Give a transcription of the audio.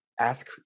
ask